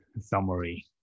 summary